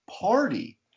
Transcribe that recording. party